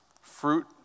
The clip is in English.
Fruit